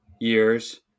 years